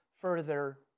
further